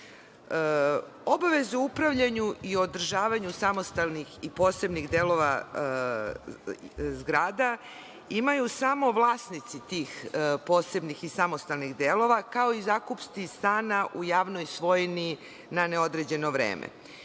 broj. Obavezu upravljanja i održavanja samostalnih i posebnih delova zgrada imaju samo vlasnici tih posebnih i samostalnih delova, kao i zakupci stana u javnoj svojini na neodređeno vreme.